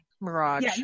mirage